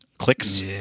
clicks